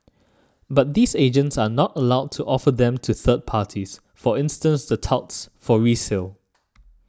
but these agents are not allowed to offer them to third parties for instance the touts for resale